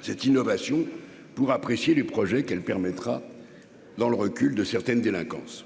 cette innovation pour apprécier les projets qu'elle permettra dans le recul de certaines délinquance,